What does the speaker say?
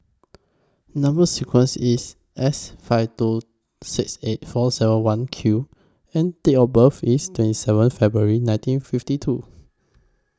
Number sequence IS S five two six eight four seven one Q and Date of birth IS twenty seven February nineteen fifty two